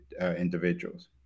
individuals